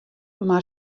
mar